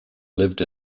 lived